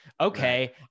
Okay